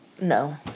No